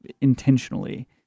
intentionally